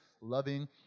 loving